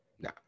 No